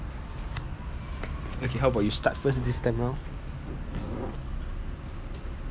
okay how about you start first this time round